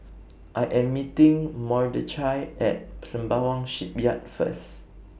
I Am meeting Mordechai At Sembawang Shipyard First